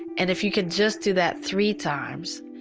and if you can just do that three times,